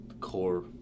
core